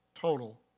total